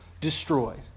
destroyed